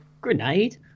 Grenade